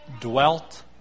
dwelt